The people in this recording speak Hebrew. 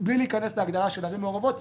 בלי להיכנס להגדרה של ערים מעורבות,